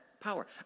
power